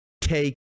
take